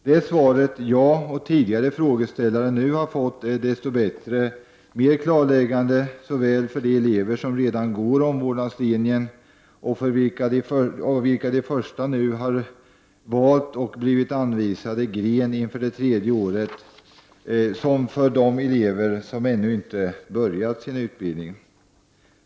Det svar jag och tidigare frågeställare nu fått är desto bättre mer klarläggande såväl för de elever som redan går omvårdnadslinjen, av vilka de första nu har valt och blivit anvisade gren inför det tredje året, som för de elever som ännu inte påbörjat sin utbildning.